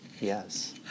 yes